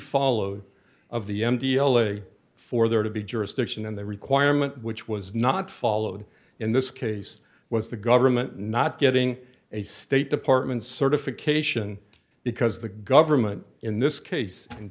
followed of the end d l a for there to be jurisdiction and the requirement which was not followed in this case was the government not getting a state department certification because the government in this case